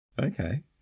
Okay